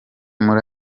muri